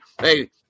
Hey